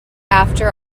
after